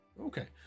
Okay